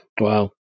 Wow